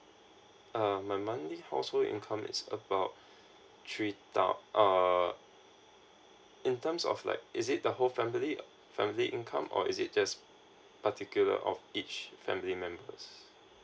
um my monthly household income is about three thou~ uh in terms of like is it the whole family family income or is it just particular of each family members